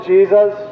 Jesus